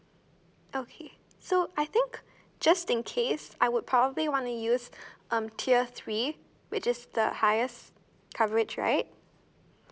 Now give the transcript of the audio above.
okay so I think just in case I would probably want to use um tier three which is the highest coverage right